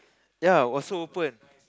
ya was so open